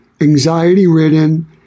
anxiety-ridden